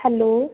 hello